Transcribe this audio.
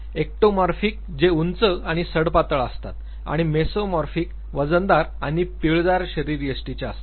ectomorphic जे उंच आणि सडपातळ असतात आणि मेसोमॉर्फिक वजनदार आणि पिळदार शरीरयष्टीचे असतात